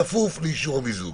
בכפוף לאישור המיזוג.